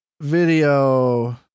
video